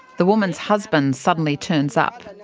the woman's husband suddenly turns up. and